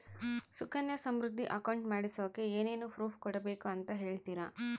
Sukanya Samriddhi account ಮಾಡಿಸೋಕೆ ಏನೇನು proof ಕೊಡಬೇಕು ಅಂತ ಹೇಳ್ತೇರಾ?